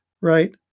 Right